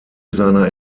seiner